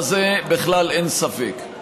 בזה בכלל אין ספק.